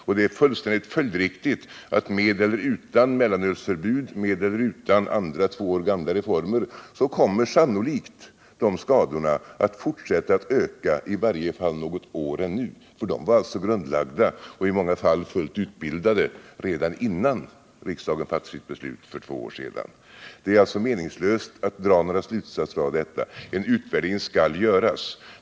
Och det är därför fullständigt följdriktigt att dessa skador — med eller utan mellanölsförbud eller andra två år gamla reformer — sannolikt kommer att fortsätta öka, i varje fall ännu några år. De var ju grundlagda och i många fall fullt utbildade redan innan riksdagen fattade sitt beslut för två år sedan. Det är alltså meningslöst att försöka dra några slutsatser här. En utvärdering skall göras.